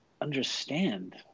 understand